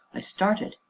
i started,